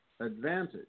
advantage